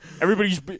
Everybody's